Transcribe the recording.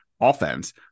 offense